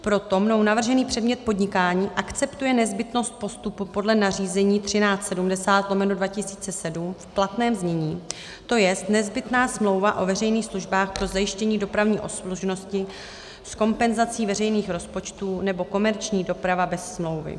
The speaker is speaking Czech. Proto mnou navržený předmět podnikání akceptuje nezbytnost postupu podle nařízení 13/70/2007 v platném znění, to jest nezbytná smlouva o veřejných službách pro zajištění dopravní obslužnosti z kompenzací veřejných rozpočtů nebo komerční doprava bez smlouvy.